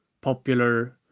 popular